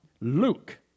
Luke